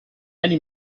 many